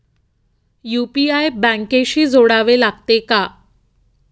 UPI बँकेशी जोडावे लागते का?